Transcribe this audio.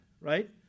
right